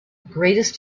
greatest